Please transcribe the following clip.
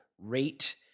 rate